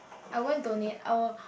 I won't donate I will